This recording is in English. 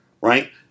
right